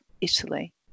Italy